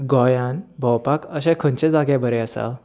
गोंयांत भोंवपाक अशे खंयचे जागे बरे आसात